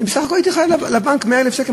אני בסך הכול הייתי חייב לבנק 100,000 שקל,